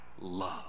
love